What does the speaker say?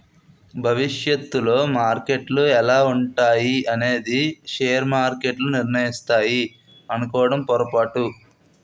భవిష్యత్తులో మార్కెట్లు ఎలా ఉంటాయి అనేది షేర్ మార్కెట్లు నిర్ణయిస్తాయి అనుకోవడం పొరపాటు